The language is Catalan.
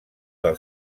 del